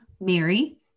Mary